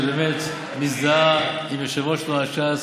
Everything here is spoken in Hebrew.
שבאמת מזדהה עם יושב-ראש תנועת ש"ס,